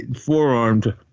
forearmed